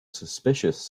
suspicious